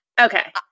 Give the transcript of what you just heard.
Okay